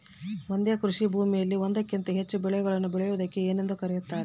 ಒಂದೇ ಕೃಷಿಭೂಮಿಯಲ್ಲಿ ಒಂದಕ್ಕಿಂತ ಹೆಚ್ಚು ಬೆಳೆಗಳನ್ನು ಬೆಳೆಯುವುದಕ್ಕೆ ಏನೆಂದು ಕರೆಯುತ್ತಾರೆ?